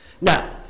Now